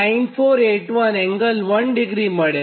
9481 1° મળે